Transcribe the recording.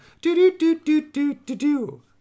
Do-do-do-do-do-do-do